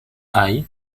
high